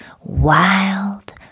wild